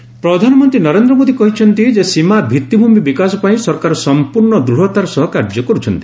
ଭିତ୍ତିଭୂମି ବିକାଶ ପ୍ରଧାନମନ୍ତ୍ରୀ ନରେନ୍ଦ୍ର ମୋଦୀ କହିଚ୍ଚନ୍ତି ଯେ ସୀମା ଭିତ୍ତିଭୂମି ବିକାଶ ପାଇଁ ସରକାର ସମ୍ପୂର୍ଣ୍ଣ ଦୂଢତାର ସହ କାର୍ଯ୍ୟ କରିଛନ୍ତି